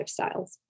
lifestyles